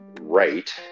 right